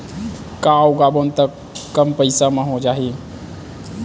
का उगाबोन त कम पईसा म हो जाही?